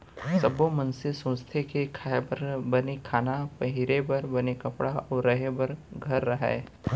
सब्बो मनसे सोचथें के खाए बर बने खाना, पहिरे बर बने कपड़ा अउ रहें बर घर रहय